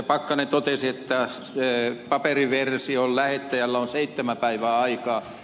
pakkanen totesi että paperiversion lähettäjällä on seitsemän päivää aikaa